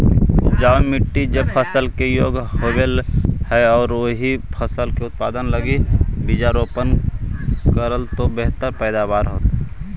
उपजाऊ मट्टी जे फसल के योग्य होवऽ हई, ओही फसल के उत्पादन लगी बीजारोपण करऽ तो बेहतर पैदावार होतइ